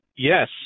yes